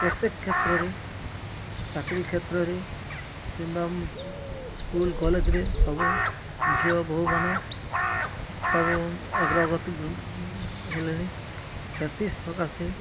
ପ୍ରତ୍ୟେକ କ୍ଷେତ୍ରରେ ଚାକିରି କ୍ଷେତ୍ରରେ କିମ୍ବା ସ୍କୁଲ୍ କଲେଜ୍ରେ ସବୁ ଝିଅ ବୋହୂମାନେ ସବୁ ଅଗ୍ରଗତି ହେଲେଣି ସେଥି ସକାଶେ